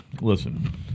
Listen